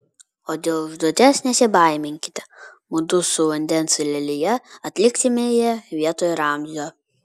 o dėl užduoties nesibaiminkite mudu su vandens lelija atliksime ją vietoj ramzio